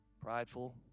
prideful